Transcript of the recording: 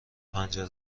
پنجره